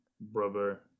Brother